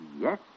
Yes